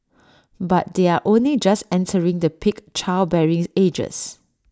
but they are only just entering the peak childbearing ages